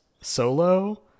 solo